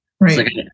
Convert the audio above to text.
Right